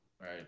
Right